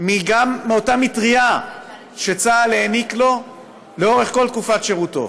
גם מאותה מטרייה שצה"ל העניק לו לאורך כל תקופת שירותו.